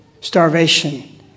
starvation